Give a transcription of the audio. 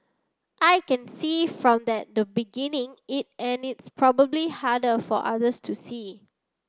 I can see from that the beginning it and it's probably harder for others to see